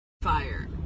fire